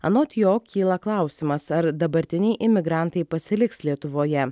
anot jo kyla klausimas ar dabartiniai imigrantai pasiliks lietuvoje